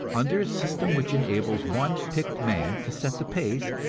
under a system which enables one picked man to set the pace,